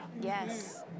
yes